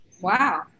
Wow